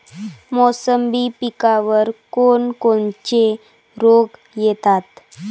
मोसंबी पिकावर कोन कोनचे रोग येतात?